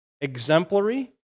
exemplary